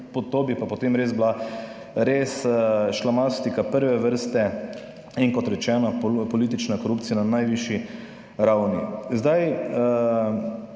to bi pa potem res bila res šlamastika prve vrste in kot rečeno, politična korupcija na najvišji ravni.